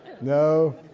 No